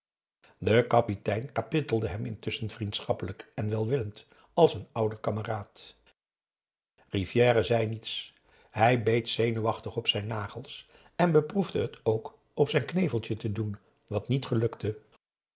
de kapitein kapittelde hem intusschen vriendschappelijk en welwillend als een ouder kameraad rivière zei niets hij beet zenuwachtig op zijn nagels en beproefde het ook op zijn kneveltje te doen wat niet gelukte